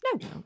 No